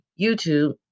YouTube